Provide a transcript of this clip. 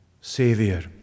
Savior